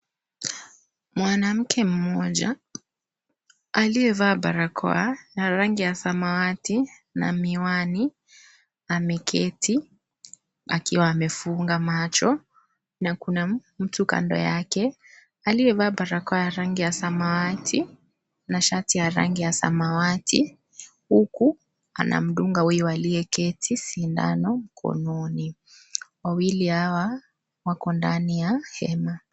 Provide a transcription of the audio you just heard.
Mwanamke mmoja aliyevaa barakoa ya rangi ya samawati na miwani ameketi akiwa amefunga macho na kuna mtu kando yake aliyevaa barakoa ya rangi ya samawati na shati ya rangi ya samawati huku anamdunga huyu aliyeketi sindano mkononi . Wawili hawa wako ndani ya hema.